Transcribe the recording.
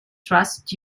trust